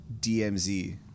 DMZ